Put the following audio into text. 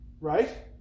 right